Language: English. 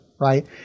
right